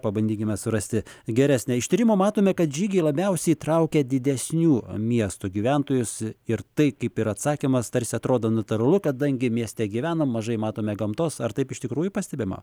pabandykime surasti geresnę iš tyrimo matome kad žygiai labiausiai traukia didesnių miestų gyventojus ir tai kaip ir atsakymas tarsi atrodo natūralu kadangi mieste gyvenam mažai matome gamtos ar taip iš tikrųjų pastebima